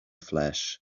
flash